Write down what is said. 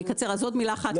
אקצר, עוד מילה אחת.